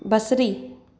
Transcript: बसरी